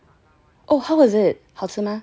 oh how is it 好吃吗